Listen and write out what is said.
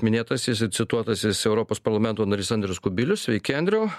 minėtasis ir cituotasis europos parlamento narys andrius kubilius sveiki andriau